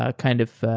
ah kind of